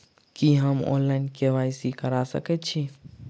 की हम online, KYC करा सकैत छी?